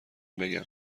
بگم